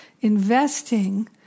investing